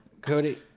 Cody